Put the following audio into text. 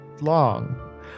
long